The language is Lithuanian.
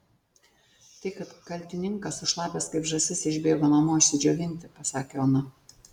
tai kad kaltininkas sušlapęs kaip žąsis išbėgo namo išsidžiovinti pasakė ona